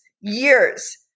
years